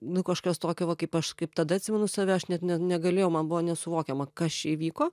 nu kažkas tokio va kaip aš kaip tada atsimenu save aš net negalėjau man buvo nesuvokiama kas čia įvyko